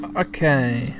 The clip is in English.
okay